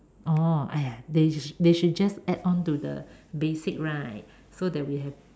oh !aiya! they they should just add to the basic right so that we have